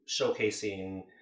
showcasing